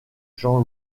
jean